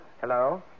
Hello